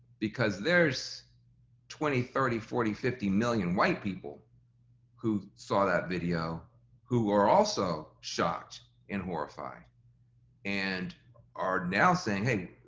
because there's twenty, thirty, forty, fifty million white people who saw that video who were also shocked and horrified and are now saying, hey,